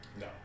No